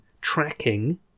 tracking